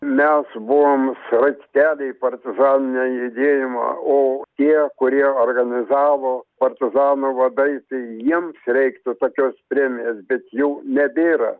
mes buvom sraigteliai partizaninio judėjimo o tie kurie organizavo partizanų vadai tai jiems reiktų tokios premijos bet jų nebėra